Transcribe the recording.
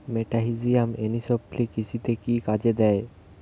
মেটাহিজিয়াম anisopliae কৃষিতে কি কাজে দেয়?